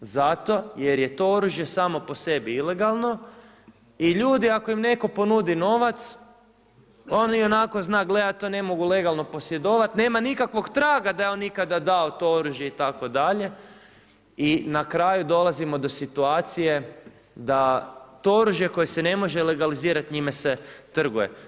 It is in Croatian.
Zato jer je to oružje samo po sebi ilegalno i ljudi, ako im netko ponudi novac, on ionako zna gledati, to ne mogu legalno posjedovati, nema nikakvog traga da je on ikada dao to oružje itd. i na kraju, dolazimo do situacije, da to oružje koje se ne može legalizirati njime se trguje.